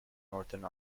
northern